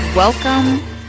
Welcome